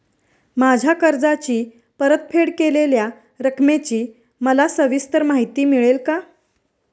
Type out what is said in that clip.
माझ्या कर्जाची परतफेड केलेल्या रकमेची मला सविस्तर माहिती मिळेल का?